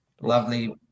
Lovely